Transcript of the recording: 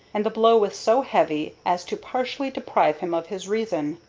and the blow was so heavy as to partially deprive him of his reason.